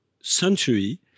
century